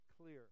clear